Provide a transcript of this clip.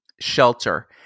Shelter